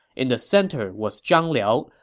in the center was zhang liao,